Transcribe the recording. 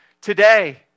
Today